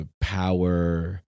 power